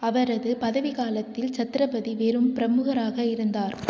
அவரது பதவிக்காலத்தில் சத்ரபதி வெறும் பிரமுகராக இருந்தார்